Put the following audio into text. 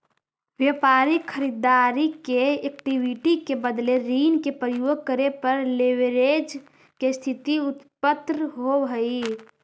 व्यापारिक खरीददारी में इक्विटी के बदले ऋण के प्रयोग करे पर लेवरेज के स्थिति उत्पन्न होवऽ हई